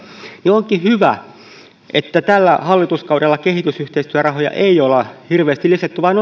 onkin hyvä että tällä hallituskaudella kehitysyhteistyörahoja ei olla hirveästi lisätty vaan